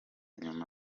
nyuma